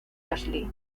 ashley